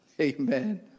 Amen